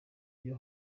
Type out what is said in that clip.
iyo